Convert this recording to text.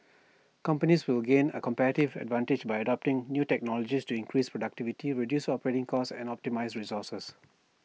companies will gain A competitive advantage by adopting new technologies to increase productivity reduce operating costs and optimise resources